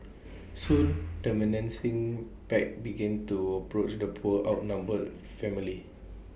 soon the menacing pack began to approach the poor outnumbered family